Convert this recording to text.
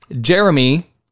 Jeremy